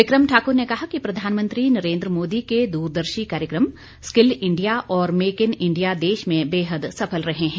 बिक्रम ठाकुर ने कहा कि प्रधानमंत्री नरेन्द्र मोदी के दूरदर्शी कार्यक्रम स्किल इंडिया और मेक इन इंडिया देश में बेहद सफल रहे हैं